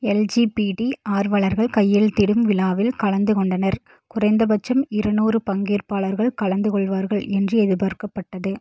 LGBT ஆர்வலர்கள் கையெழுத்திடும் விழாவில் கலந்து கொண்டனர் குறைந்த பட்சம் இரநூறு பங்கேற்பாளர்கள் கலந்து கொள்வார்கள் என்று எதிர்பார்க்கப்பட்டது